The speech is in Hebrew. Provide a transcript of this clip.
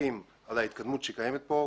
מברכים על ההתקדמות שקיימת כאן.